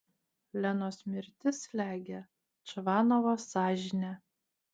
lenos mirtis slegia čvanovo sąžinę